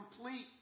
complete